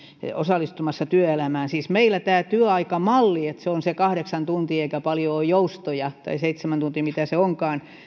osallistumassa työelämään siis meillä tämä työaikamalli että se on se kahdeksan tuntia eikä paljon ole joustoja tai seitsemän tuntia mitä se onkaan